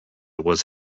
was